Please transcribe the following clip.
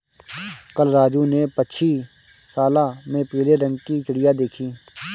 कल राजू ने पक्षीशाला में पीले रंग की चिड़िया देखी